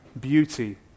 beauty